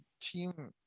Team